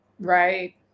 Right